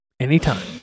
Anytime